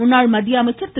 முன்னாள் மத்திய அமைச்சர் திரு